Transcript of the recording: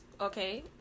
Okay